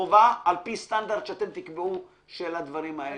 חובה על פי סטנדרט שאתם תקבעו של הדברים האלה.